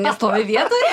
nestovi vietoj